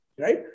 right